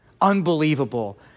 Unbelievable